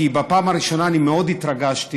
כי בפעם הראשונה אני מאוד התרגשתי